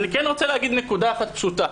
אני כן רוצה להגיד נקודה אחת פשוטה.